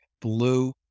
blue